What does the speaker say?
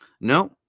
No